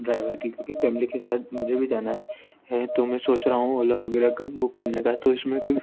driver की क्योंकि family के साथ मुझे भी जाना है तो मैं सोच रहा हूँ ओला वगैरह का बुक करने का तो इसमें कोई